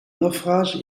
naufrage